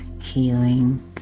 healing